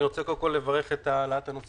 אני רוצה קודם כול לברך על העלאת הנושא